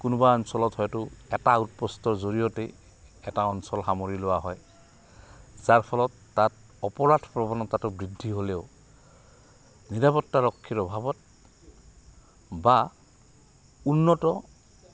কোনোবা অঞ্চলত হয়তো এটা আউটপোষ্টৰ জৰিয়তেই এটা অঞ্চল সামৰি লোৱা হয় যাৰ ফলত তাত অপৰাধ প্ৰৱণতাটো বৃদ্ধি হ'লেও নিৰাপত্তাৰক্ষীৰ অভাৱত বা উন্নত